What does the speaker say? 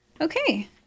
Okay